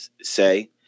say